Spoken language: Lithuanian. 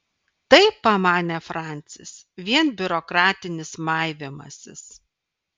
tai pamanė francis vien biurokratinis maivymasis